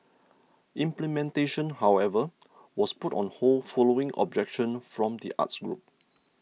implementation however was put on hold following objection from the arts groups